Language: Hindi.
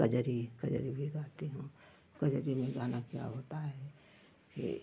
कजरी कजरी भी गाती हूँ कजरी में गाना क्या होता है ये